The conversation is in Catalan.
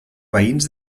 veïns